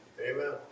Amen